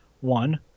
one